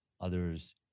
others